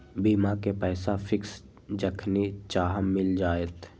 बीमा के पैसा फिक्स जखनि चाहम मिल जाएत?